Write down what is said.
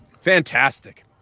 Fantastic